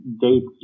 dates